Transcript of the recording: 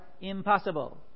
impossible